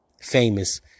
famous